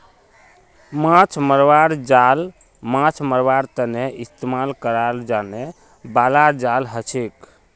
माछ मरवार जाल माछ मरवार तने इस्तेमाल कराल जाने बाला जाल हछेक